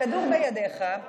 הכדור בידיך.